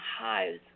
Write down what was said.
hives